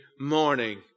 morning